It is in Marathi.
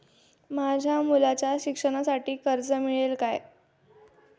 माझ्या मुलाच्या शिक्षणासाठी कर्ज मिळेल काय?